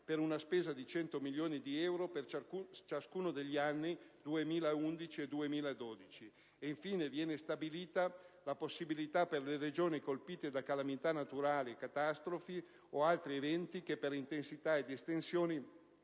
per una spesa di 100 milioni di euro per ciascuno degli anni 2011 e 2012. Infine, viene stabilita la possibilità per le Regioni colpite da calamità naturali, catastrofi o altri eventi che per intensità ed estensione